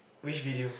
which video